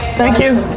thank you.